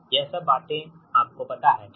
यह सब बातें आपको पता हैं ठीक